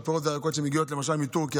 פירות וירקות שמגיעים למשל מטורקיה.